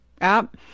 app